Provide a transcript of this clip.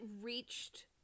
reached